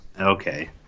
Okay